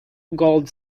gold